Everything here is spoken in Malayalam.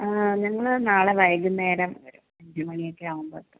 ഞങ്ങൾ നാളെ വൈകുന്നേരം വരാം അഞ്ചുമണിയൊക്കെയാകുമ്പോൾ എത്തും